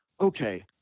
okay